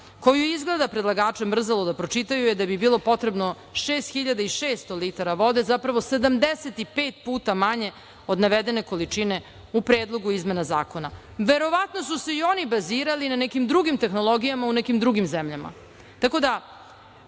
koju je izgleda predlagače mrzelo da pročitaju, je da bi bilo potrebno 6.600 litara vode, zapravo 75 puta manje od navedene količine u Predlogu izmena Zakona. Verovatno su se i oni bazirali na nekim drugim tehnologijama u nekim drugim zemljama. Tako da,